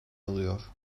alıyor